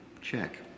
Check